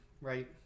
Right